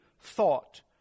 thought